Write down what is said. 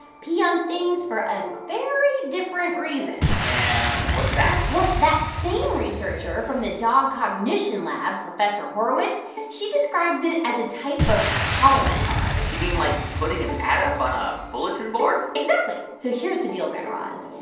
pee on things for a very different reason and what's that? well, that same researcher from the dog cognition lab, professor horowitz she describes it as a type of calling card you mean like putting an ad up on a bulletin board exactly. so here's the deal, guy raz.